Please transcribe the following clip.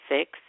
six